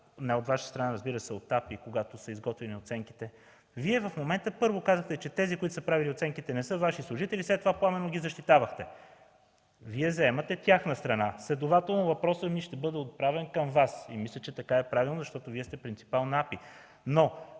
неправилно прилагане на мерките от АПИ, когато са изготвени оценките. Вие казвате, първо, че тези, които са правили оценките, не са Ваши служители, а след това пламенно ги защитавате. Вие заемате тяхна страна. Следователно въпросът ми ще бъде отправен към Вас, и мисля, че така е правилно, защото Вие сте принципал на АПИ.